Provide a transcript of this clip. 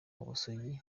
ubusugi